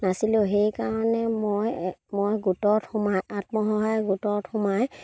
নাছিলোঁ সেইকাৰণে মই মই গোটত সোমাই আত্মসহায়ক গোটত সোমাই